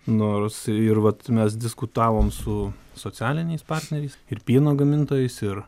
nors ir vat mes diskutavom su socialiniais partneriais ir pieno gamintojais ir